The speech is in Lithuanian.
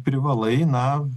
privalai na